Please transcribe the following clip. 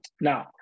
now